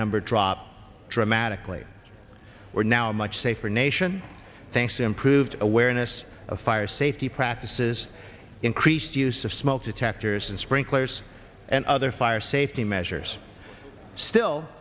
number drop dramatically we're now a much safer nation thanks improved awareness of fire safety practices increased use of smoke detectors and sprinklers and other fire safety measures still